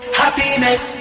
happiness